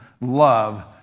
love